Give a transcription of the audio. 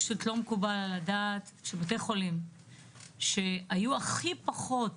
פשוט לא מקובל שבתי חולים שנשענו הכי פחות